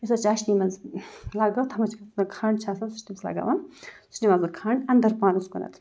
یُس حظ چاشنی منٛز لگٲو تَتھ منٛز چھِ آسان کھَںٛڈ چھِ آسان سُہ چھِ تٔمِس لگاوان سُہ چھِ نِوان پَتہٕ کھَںٛڈ اَنٛدَر پانَس کُنَتھ